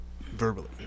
verbally